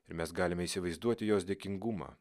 ir mes galime įsivaizduoti jos dėkingumą